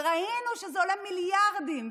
וראינו שזה עולה מיליארדים,